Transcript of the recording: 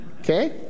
Okay